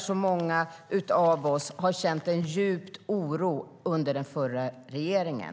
Så många av oss kände en djup oro under den förra regeringen.